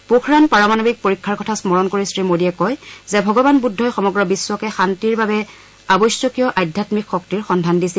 পোখৰাণ পাৰমাণবিক পৰীক্ষাৰ কথা স্মৰণ কৰি শ্ৰীমোডীয়ে কয় যে ভগবান বুদ্ধই সমগ্ৰ বিশ্বকে শান্তিৰ বাবে আৱশ্যকীয় আধ্যাম্মিক শক্তিৰ সন্ধান দিছিল